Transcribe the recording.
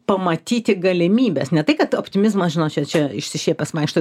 pamatyti galimybes ne tai kad optimizmas žinot čia čia išsišiepęs vaikšto